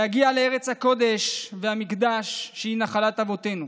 להגיע לארץ הקודש והמקדש, שהיא נחלת אבותינו,